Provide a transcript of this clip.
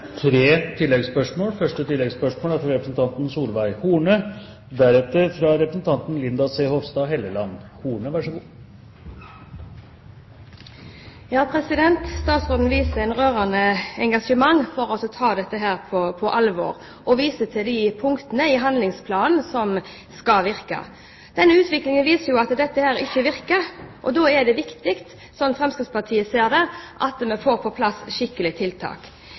Solveig Horne. Statsråden viser et rørende engasjement for å ta dette på alvor, og viser til de punktene i handlingsplanen som skal virke. Denne utviklingen viser at dette ikke virker. Da er det viktig, slik Fremskrittspartiet ser det, at vi får på plass skikkelige tiltak.